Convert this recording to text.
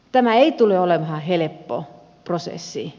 tämä ei tule olemaan helppo prosessi